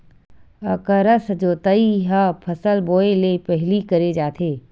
अकरस जोतई ह फसल बोए ले पहिली करे जाथे